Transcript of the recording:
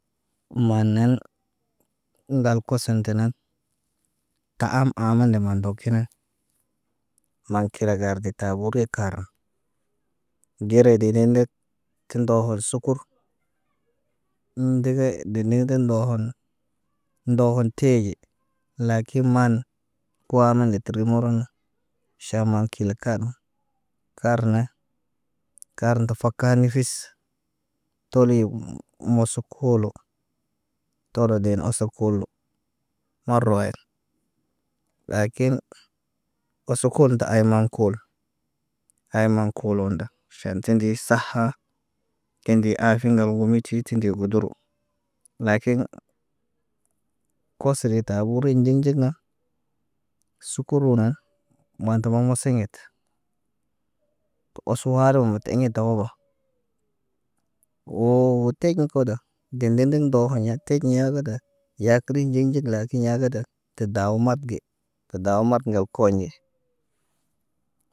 Maanen ŋgal koson tə nan, taam amana ma ndokine. Maw kile garde tabo riye kara. Gere de ne ndet, tə ndoho sukur. Ən ndege de lede ndohun, ndohun teeɟe. Lakin maan, kuwa man leter wi muraŋga. Ʃaamaŋg kile kaano. Karna, kar ndəfakar ɲi fis. Toliyew moso koolo. Tolo ɟen oso kul marawaayit. Lakin, osokol tə ay maan koolo. Ay maan koolo nda ʃaan tindi saha. Tindi afe ŋgal womiti tindi godoro. Lakin koso de tabo rə nɟig nɟig na sukoru na maa tə wa wose ɲet. Tə oso waari wo muto iɲe towobo. Woo teɟiɲ koda, de dek deŋg ndooho ɲa teɟi ɲaa kə da, ya kəri nɟek nɟek lakin yaa kəda, tə daawo mat ge. Tə daawo mat ŋgal koɲ ge.